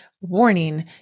warning